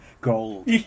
gold